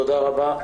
תודה רבה.